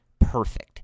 perfect